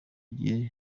igihe